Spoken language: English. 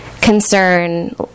concern